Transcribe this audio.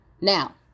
Now